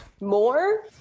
more